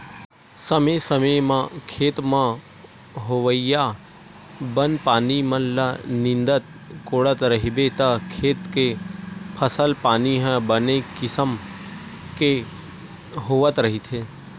समे समे म खेत म होवइया बन पानी मन ल नींदत कोड़त रहिबे त खेत के फसल पानी ह बने किसम के होवत रहिथे